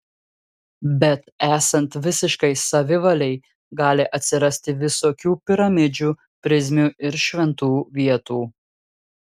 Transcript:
bet esant visiškai savivalei gali atsirasti visokių piramidžių prizmių ir šventų vietų